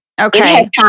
Okay